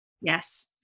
Yes